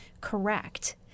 correct